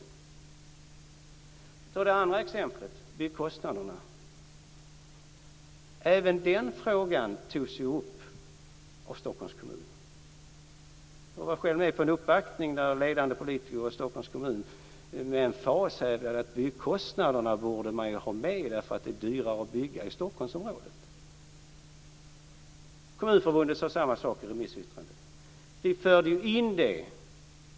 Låt oss ta det andra exemplet, byggkostnaderna. Även den frågan togs upp av Stockholms kommun. Jag var själv med på en uppvaktning där ledande politiker från Stockholms kommun med emfas hävdade att man borde ha med byggkostnaderna därför att det är dyrare att bygga i Stockholmsområdet. Kommunförbundet sade samma sak i remissyttrandet. Då förde vi in det.